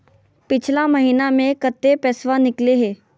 पिछला महिना मे कते पैसबा निकले हैं?